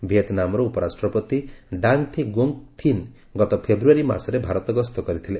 ଭିଏତ୍ନାମ୍ର ଉପରାଷ୍ଟ୍ରପତି Dang Thi Ngoc Thinh ଗତ ଫେବୃୟାରୀ ମାସରେ ଭାରତ ଗସ୍ତ କରିଥିଲେ